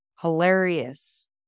hilarious